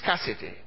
scarcity